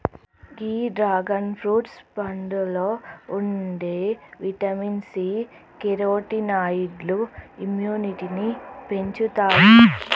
గీ dragon fruit పండులో ఉండే vitamin C, కెరోటినాయిడ్లు ఇమ్యునిటీని పెంచుతాయి